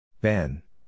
Ben